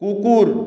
কুকুর